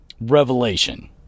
revelation